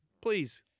please